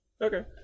Okay